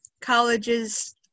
college's